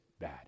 bad